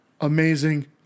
Amazing